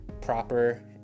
proper